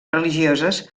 religioses